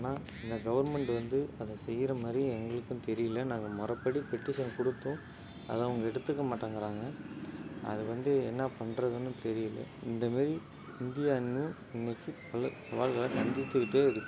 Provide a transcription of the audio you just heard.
ஆனால் இந்த கவர்ன்மெண்ட் வந்து அதை செய்கிற மாதிரி எங்களுக்கும் தெரியல நாங்கள் மொறைப்படி பெட்டிஷன் கொடுத்தும் அதை அவங்க எடுத்துக்க மாட்டங்கிறாங்க அது வந்து என்ன பண்ணுறதுன்னு தெரியல இந்தமாரி இந்தியா இன்னும் இன்றைக்கு பல சவால்களை சந்தித்துக்கிட்டேயிருக்கு